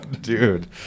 dude